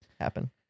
happen